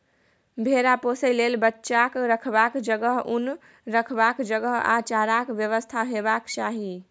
भेरा पोसय लेल बच्चाक रखबाक जगह, उन रखबाक जगह आ चाराक बेबस्था हेबाक चाही